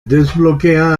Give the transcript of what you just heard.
desbloquea